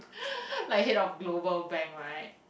like head of global bank right